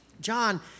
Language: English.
John